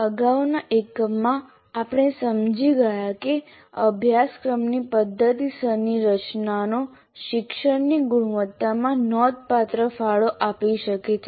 અગાઉના એકમમાં આપણે સમજી ગયા કે અભ્યાસક્રમની પદ્ધતિસરની રચનાનો શિક્ષણની ગુણવત્તામાં નોંધપાત્ર ફાળો આપી શકે છે